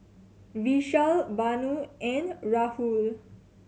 Vishal Vanu and Rahul